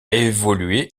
évolué